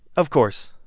of course,